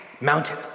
mountain